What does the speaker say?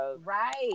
Right